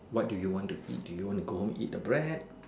what do you want to eat do you want to go home eat the bread